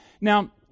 Now